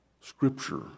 scripture